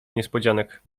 niespodzianek